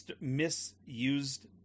misused